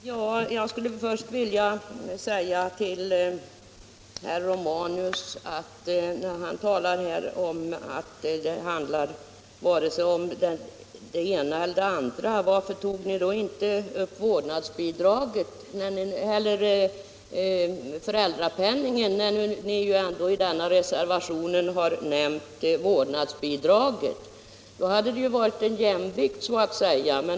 Herr talman! Jag skulle först vilja fråga herr Romanus när han talar om att det inte handlar vare sig om det ena eller andra: Varför tog ni då inte upp föräldrapenningen när ni ändå i reservationen har nämnt vårdnadsbidraget? Då hade det ju blivit en jämvikt så att säga.